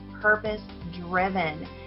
purpose-driven